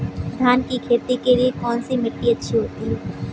धान की खेती के लिए कौनसी मिट्टी अच्छी होती है?